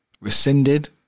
rescinded